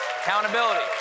accountability